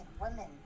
women